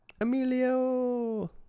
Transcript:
Emilio